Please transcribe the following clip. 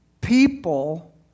people